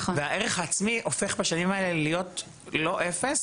והערך העצמי הופך בשנים האלה להיות לא אפס,